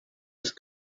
ist